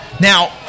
Now